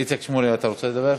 איציק שמולי, אתה רוצה לדבר?